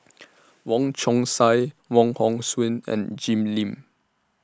Wong Chong Sai Wong Hong Suen and Jim Lim